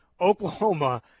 Oklahoma